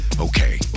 Okay